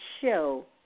show